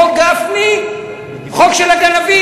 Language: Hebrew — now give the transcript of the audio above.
חוק גפני, חוק של הגנבים.